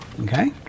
okay